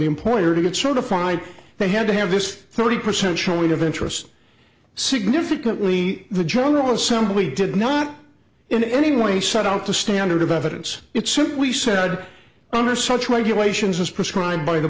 the employer to get certified they had to have this thirty percent showing of interest significantly the general assembly did not in any way set out the standard of evidence it simply said under such regulations as prescribed by the